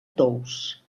tous